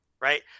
right